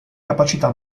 capacità